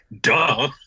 Duh